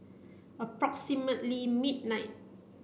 approximately midnight